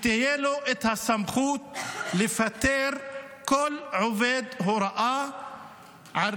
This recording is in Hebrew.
כדי שתהיה לו סמכות לפטר כל עובד הוראה על